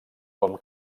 com